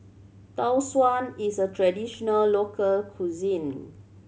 Tau Suan is a traditional local cuisine